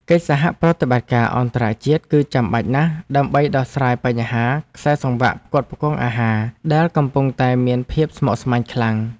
កិច្ចសហប្រតិបត្តិការអន្តរជាតិ គឺចាំបាច់ណាស់ដើម្បីដោះស្រាយបញ្ហាខ្សែសង្វាក់ផ្គត់ផ្គង់អាហារដែលកំពុងតែមានភាពស្មុគស្មាញខ្លាំង។